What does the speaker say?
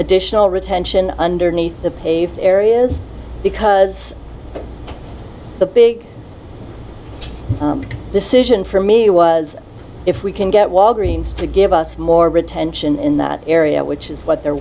additional retention underneath the paved areas because the big decision for me was if we can get walgreens to give us more attention in that area which is what they're